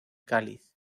cáliz